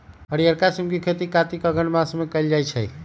हरियरका सिम के खेती कार्तिक अगहन मास में कएल जाइ छइ